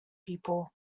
people